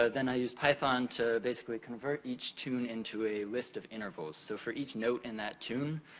ah then, i used python to basically convert each tune into a list of intervals. so, for each note in that tune,